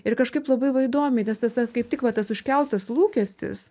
ir kažkaip labai va įdomiai nes tas tas kaip tik tas užkeltas lūkestis